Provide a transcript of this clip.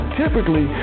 typically